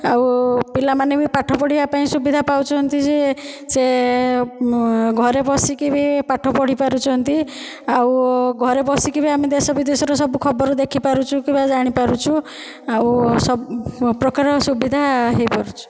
ଆଉ ପିଲା ମାନେ ବି ପାଠ ପଢିବା ପାଇଁ ସୁବିଧା ପାଉଛନ୍ତି ଯେ ସେ ଘରେ ବସିକି ବି ପାଠ ପଢିପାରୁଛନ୍ତି ଆଉ ଘରେ ବସିକି ବି ଆମେ ଦେଶ ବିଦେଶର ସବୁ ଖବର ଦେଖିପାରୁଛୁ କିମ୍ବା ଜାଣିପାରୁଛୁ ଆଉ ସବୁ ପ୍ରକାର ସୁବିଧା ହୋଇପାରୁଛି